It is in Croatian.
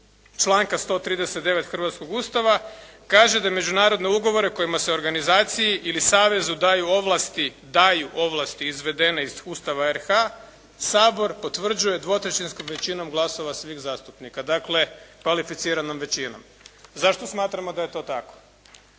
članka 139. hrvatskog Ustava kaže da međunarodne ugovore kojima se organizaciji ili savezu daju ovlasti izvedene iz Ustava Republike Hrvatske Sabor potvrđuje dvotrećinskom većinom svih zastupnika. Dakle kvalificiranom većinom. Zašto smatramo da je to tako?